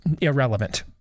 irrelevant